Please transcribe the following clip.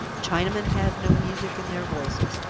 chinamen have no music in their voices,